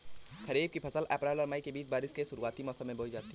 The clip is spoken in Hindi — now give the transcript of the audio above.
खरीफ़ की फ़सल अप्रैल और मई के बीच, बारिश के शुरुआती मौसम में बोई जाती हैं